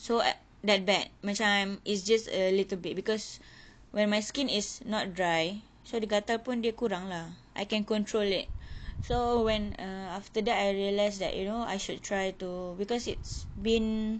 so at that bad macam is just a little bit because when my skin is not dry so the gatal pun dia kurang lah I can control it so when err after that I realise that you know I should try to because it's been